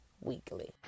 weekly